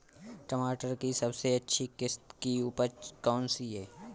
टमाटर की सबसे अच्छी किश्त की उपज कौन सी है?